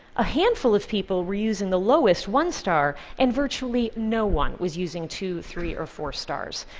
a handful of people were using the lowest one-star, and virtually no one was using two, three or four stars.